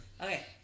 Okay